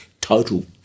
Total